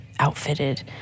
Outfitted